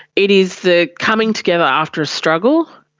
it is the coming together after a struggle,